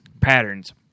patterns